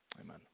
Amen